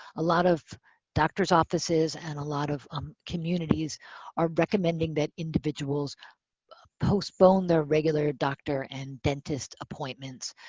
a lot of doctors' offices and a lot of um communities are recommending that individuals postpone their regular doctor and dentist appointments.